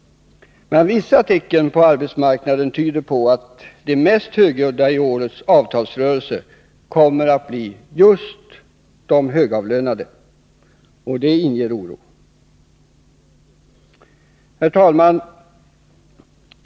Men vissa tecken på arbetsmarknaden tyder på att de mest högljudda i årets avtalsrörelse kommer att bli just de högavlönade, och det inger oro. Herr talman!